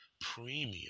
premium